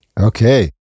Okay